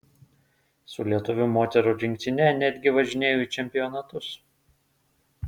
su lietuvių moterų rinktine netgi važinėjau į čempionatus